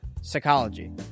psychology